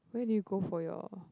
where did you go for your